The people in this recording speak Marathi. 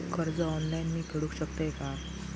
कर्ज ऑनलाइन मी फेडूक शकतय काय?